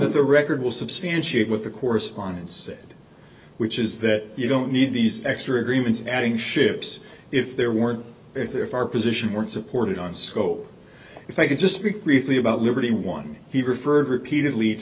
that the record will substantiate with the correspondence said which is that you don't need these extra agreements adding ships if there weren't if our position weren't supported on scope if i could just speak really about liberty one he referred repeated